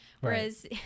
whereas